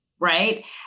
Right